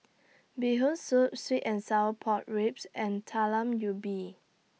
Bee Hoon Soup Sweet and Sour Pork Ribs and Talam Ubi